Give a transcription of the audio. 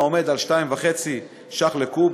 העומד על 2.50 שקל לקוב,